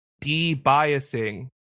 de-biasing